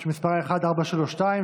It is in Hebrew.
שמספרה פ/1432.